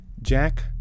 Jack